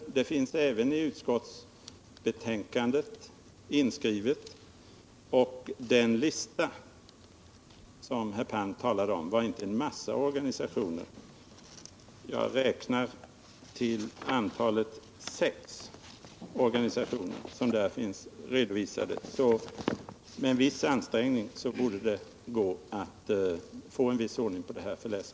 Detta finns också inskrivet i utskottsbetänkandet. Den lista som herr Palm talade om omfattar f. ö. inte en massa organisationer. Jag räknar till ett antal av sex organisationer som finns redovisade. — Med en viss ansträngning borde det således gå att få ordning på detta.